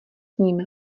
ním